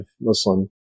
Muslim